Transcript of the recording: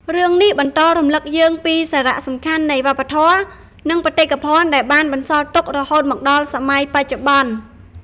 រឿងនេះបន្តរំឭកយើងពីសារៈសំខាន់នៃវប្បធម៌ និងបេតិកភណ្ឌដែលបានបន្សល់ទុករហូតមកដល់សម័យបច្ចុប្បន្ន។